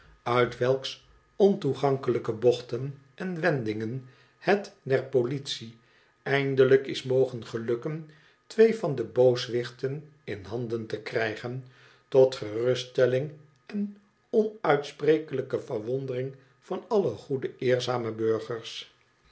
uit welks ontoegankelijke bochten en wendingen het der politie eindelijk is mogen gelukken twee van de booswichten in handen te krijgen tot geruststelling en onuitsprekelijke verwondering van alle goede eerzame burgers